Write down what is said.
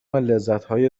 لذتهای